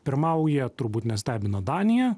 pirmauja turbūt nestebina danija